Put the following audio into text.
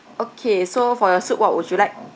okay so for your soup what would you like